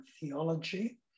theology